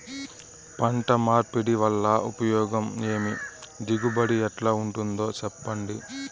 పంట మార్పిడి వల్ల ఉపయోగం ఏమి దిగుబడి ఎట్లా ఉంటుందో చెప్పండి?